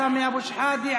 סמי אבו שחאדה,